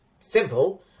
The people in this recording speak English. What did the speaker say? simple